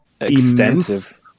extensive